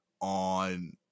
on